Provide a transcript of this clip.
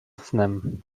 snem